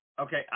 Okay